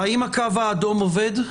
האם הקו האדום עובד?